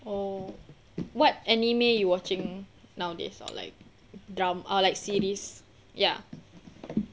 oh what anime you watching nowadays or like dra~ like C_Ds ya